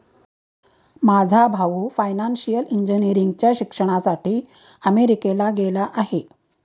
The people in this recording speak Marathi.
माझा भाऊ फायनान्शियल इंजिनिअरिंगच्या शिक्षणासाठी अमेरिकेला गेला आहे